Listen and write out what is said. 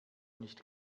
nicht